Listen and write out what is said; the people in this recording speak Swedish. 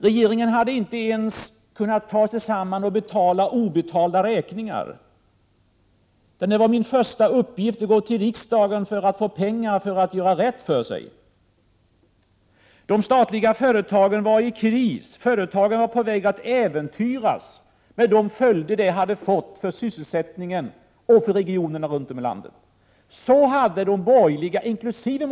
Regeringen hade inte ens kunnat ta sig samman för att betala obetalda räkningar. Det blev min första uppgift att gå till riksdagen och begära pengar för att kunna göra rätt för mig. De statliga företagen var i kris. Företagen var på väg att äventyras, med de följder det hade fått för sysselsättningen och för regionerna runt om i landet. Så hade de borgerliga, inkl.